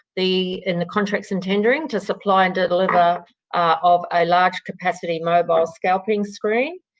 the in the contracts and tendering to supply and deliver of a large capacity mobile scalping screen